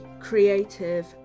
creative